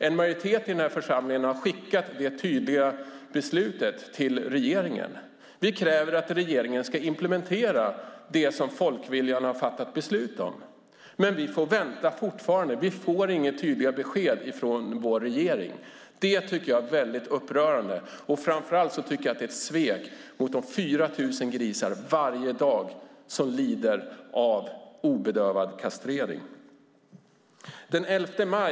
En majoritet i den här församlingen har skickat det tydliga beslutet till regeringen. Vi kräver att regeringen implementerar det som folkviljan har fattat beslut om. Men vi får fortfarande vänta. Vi får inga tydliga besked från vår regering. Det tycker jag är väldigt upprörande. Framför allt tycker jag att det är ett svek mot de grisar som lider av obedövad kastrering - 4 000 varje dag.